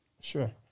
Sure